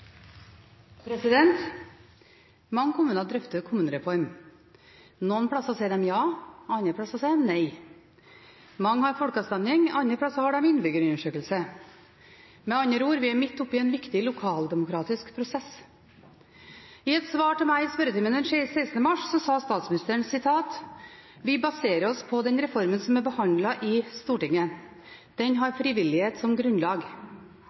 Mange kommuner drøfter kommunereform. Noen steder sier de ja, andre steder sier de nei. Mange har folkeavstemning, andre steder har de innbyggerundersøkelse. Med andre ord: Vi er midt oppe i en viktig lokaldemokratisk prosess. I et svar til meg i spørretimen den 16. mars sa statsministeren: «Vi baserer oss på den reformen som er behandlet i Stortinget. Den har frivillighet som grunnlag.»